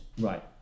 Right